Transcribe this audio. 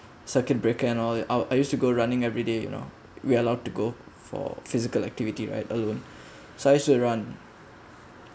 circuit breaker and all our I used to go running everyday you know we are allowed to go for physical activity right alone so I used to run